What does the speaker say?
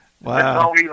Wow